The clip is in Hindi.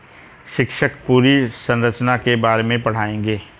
शिक्षक पूंजी संरचना के बारे में पढ़ाएंगे